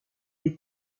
des